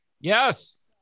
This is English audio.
Yes